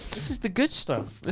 this is the good stuff.